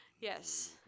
Yes